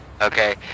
Okay